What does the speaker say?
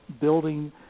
building